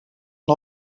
van